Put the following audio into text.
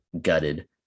gutted